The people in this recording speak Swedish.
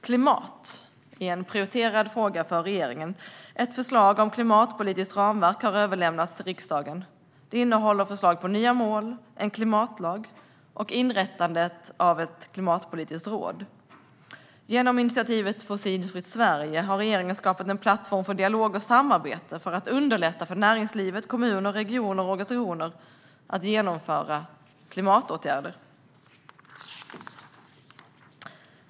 Klimatet är en prioriterad fråga för regeringen. Ett förslag om ett klimatpolitiskt ramverk har överlämnats till riksdagen. Det innehåller förslag på nya mål, en klimatlag och inrättandet av ett klimatpolitiskt råd. Genom initiativet Fossilfritt Sverige har regeringen skapat en plattform för dialog och samarbete för att underlätta för näringsliv, kommuner, regioner och organisationer att genomföra klimatåtgärder.